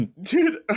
dude